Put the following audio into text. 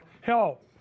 help